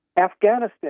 Afghanistan